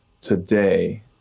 today